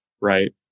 right